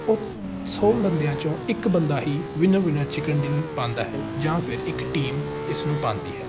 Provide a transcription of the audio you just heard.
ਉਹ ਸੌ ਬੰਦਿਆਂ ਚੋਂ ਇੱਕ ਬੰਦਾ ਹੀ ਵਿਨਰ ਵਿਨਰ ਚਿਕਨ ਡਿਨ ਪਾਉਂਦਾ ਹੈ ਜਾਂ ਫਿਰ ਇੱਕ ਟੀਮ ਇਸ ਨੂੰ ਪਾਉਂਦੀ ਹੈ